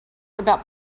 about